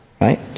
right